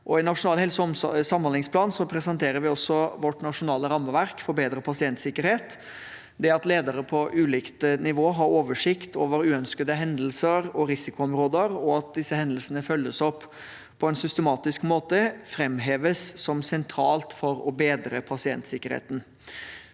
I Nasjonal helse- og samhandlingsplan presenterer vi også vårt nasjonale rammeverk for bedre pasientsikkerhet. Det at ledere på ulikt nivå har oversikt over uønskede hendelser og risikoområder, og at disse hendelsene følges opp på en systematisk måte, framheves som sentralt for å bedre pasientsikkerheten.